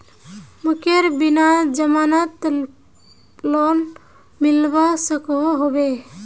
मकईर बिना जमानत लोन मिलवा सकोहो होबे?